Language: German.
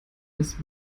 des